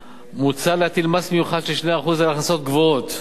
מוצע להטיל מס מיוחד של 2% על הכנסות גבוהות,